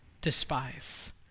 despise